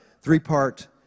three-part